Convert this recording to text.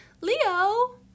Leo